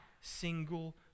single